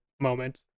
moment